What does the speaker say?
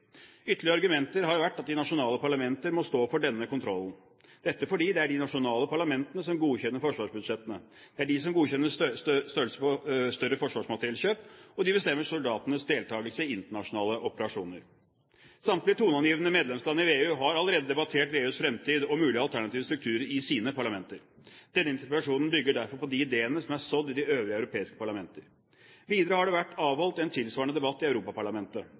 argumenter har vært at de nasjonale parlamenter må stå for denne kontrollen, fordi det er de nasjonale parlamentene som godkjenner forsvarsbudsjettene, det er de som godkjenner større forsvarsmateriellkjøp, og de bestemmer soldaters deltakelse i internasjonale operasjoner. Samtlige toneangivende medlemsland i VEU har allerede debattert VEUs fremtid og mulige alternative strukturer i sine parlamenter. Denne interpellasjonen bygger derfor på de ideene som er sådd i øvrige europeiske parlamenter. Videre har det vært avholdt en tilsvarende debatt i Europaparlamentet.